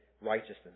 righteousness